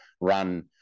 run